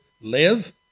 live